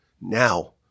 Now